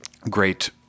great